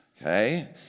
okay